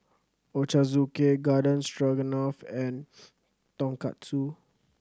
Ochazuke Garden Stroganoff and Tonkatsu